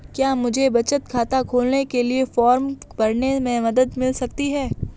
क्या मुझे बचत खाता खोलने के लिए फॉर्म भरने में मदद मिल सकती है?